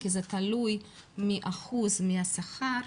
כי זה תלוי באחוז מהשכר,